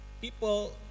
people